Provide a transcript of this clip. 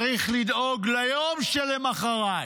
צריך לדאוג ליום שלמוחרת.